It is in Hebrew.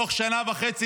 בתוך שנה וחצי